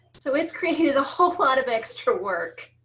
so it's created a whole lot of extra work.